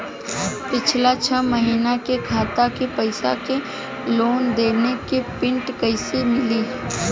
पिछला छह महीना के खाता के पइसा के लेन देन के प्रींट कइसे मिली?